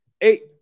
Eight